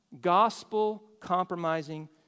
gospel-compromising